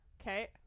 Okay